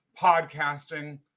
podcasting